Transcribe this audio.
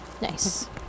Nice